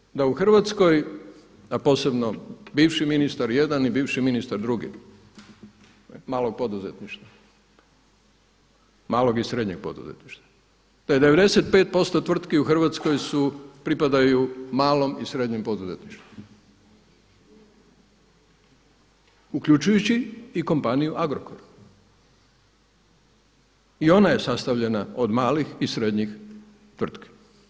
Mi svi znamo da u Hrvatskoj, a posebno bivši ministar jedan i bivši ministar drugi malo poduzetništvo, malog i srednjeg poduzetništva, da je 95% tvrtki u Hrvatskoj pripadaju malom i srednjem poduzetništvu, uključujući i kompaniju Agrokor i ona je sastavljena od malih i srednjih tvrtki.